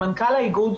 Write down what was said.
מנכ"ל האיגוד,